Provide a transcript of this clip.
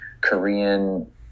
Korean